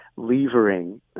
Levering